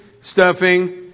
stuffing